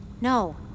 No